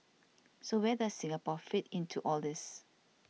so where does Singapore fit into all this